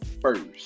first